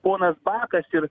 ponas bakas ir